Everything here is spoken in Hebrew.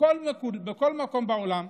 בכל מקום בעולם,